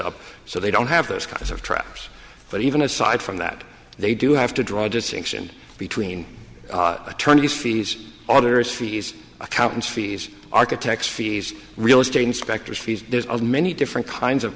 up so they don't have those kinds of traps but even aside from that they do have to draw a distinction between attorneys fees others fees accountants fees architects fees real estate inspectors fees there's many different kinds of